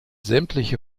sämtliche